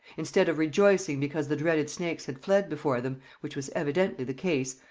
instead of rejoicing because the dreaded snakes had fled before them, which was evidently the case,